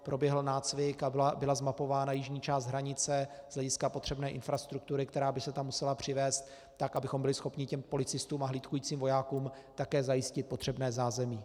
Proběhl nácvik a byla zmapována jižní část hranice z hlediska potřebné infrastruktury, která by se tam musela přivézt, abychom byli schopni také policistům a hlídkujícím vojákům zajistit potřebné zázemí.